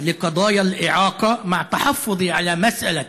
המודעות לנושאים של מוגבלויות,